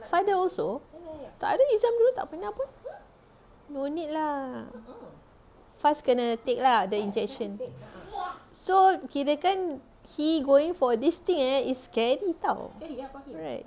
father also tu hari izam dulu tak pernah pun no need lah faz kena take lah the injection so kirakan he going for this thing eh is scary [tau] right